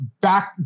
back